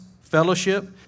fellowship